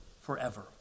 forever